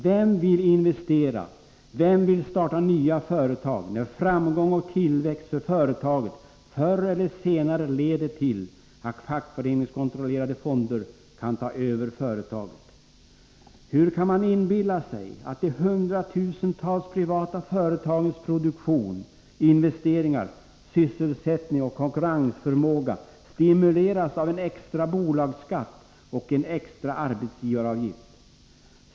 Vem vill investera och vem vill starta nya företag när framgång och tillväxt för företaget förr eller senare leder till att fackföreningskontrollerade fonder kan ta över företaget? Hur kan man inbilla sig att de hundratusentals privata företagens produktion, investeringar, sysselsättning och konkurrensförmåga stimuleras av en extra bolagsskatt och en extra arbetsgivaravgift?